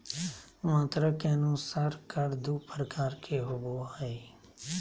मात्रा के अनुसार कर दू प्रकार के होबो हइ